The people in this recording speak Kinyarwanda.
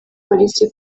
polisi